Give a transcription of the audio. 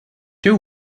two